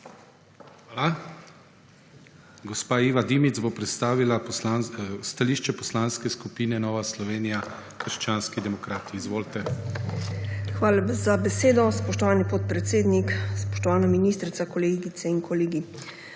Hvala. Gospa Iva Dimic bo predstavila stališče Poslanske skupine Nova Slovenija – krščanski demokrati. Izvolite. IVA DIMIC (PS NSi): Hvala za besedo, spoštovani podpredsednik. Spoštovana ministrica, kolegice in kolegi!